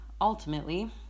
ultimately